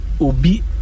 obi